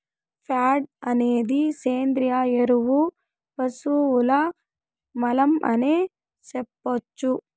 ప్యాడ అనేది సేంద్రియ ఎరువు పశువుల మలం అనే సెప్పొచ్చు